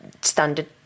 standard